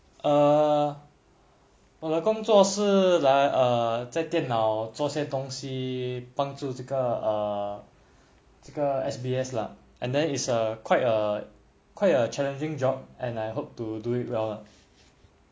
err 我的工作是来在电脑做些东西帮助这个 err 这个 S_B_S lah and then it's a quite a quite a challenging job and I hope to do it well